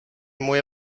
moje